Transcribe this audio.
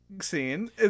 scene